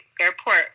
airport